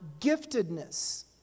giftedness